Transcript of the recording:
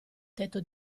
tetto